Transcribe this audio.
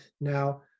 Now